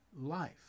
life